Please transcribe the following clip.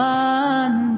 one